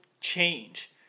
change